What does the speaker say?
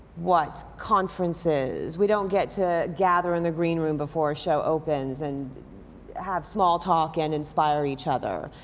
what? conferences. we don't get to gather in the green room before a show opens and have small talk and inspire each other.